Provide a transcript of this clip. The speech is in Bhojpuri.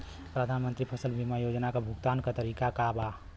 प्रधानमंत्री फसल बीमा योजना क भुगतान क तरीकाका ह?